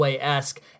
esque